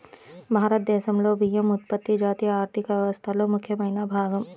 భారతదేశంలో బియ్యం ఉత్పత్తి జాతీయ ఆర్థిక వ్యవస్థలో ముఖ్యమైన భాగం